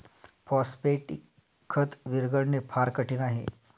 phosphatic खत विरघळणे फार कठीण आहे